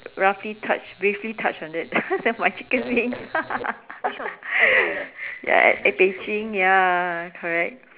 roughly touched briefly touched on it then my chicken wing ya at Beijing ya correct